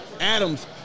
Adams